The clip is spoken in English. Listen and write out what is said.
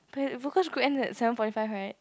but your focus group ends at seven forty five right